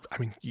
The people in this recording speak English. i mean,